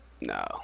No